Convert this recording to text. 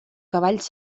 cavalls